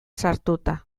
sartuta